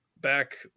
back